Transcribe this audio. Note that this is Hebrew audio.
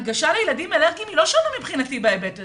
בהיבט הזה הנגשה לילדים אלרגיים לא שונה בהיבט הזה.